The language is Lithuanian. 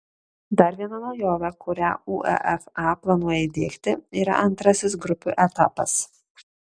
dar viena naujovė kurią uefa planuoja įdiegti yra antrasis grupių etapas